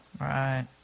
Right